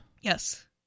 Yes